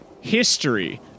history